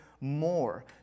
more